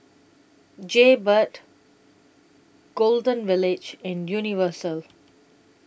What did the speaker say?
Jaybird Golden Village and Universal